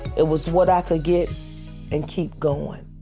it was what i could get and keep going.